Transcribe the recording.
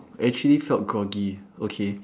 actually felt groggy okay